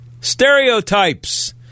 stereotypes